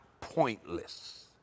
pointless